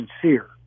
sincere